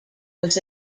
was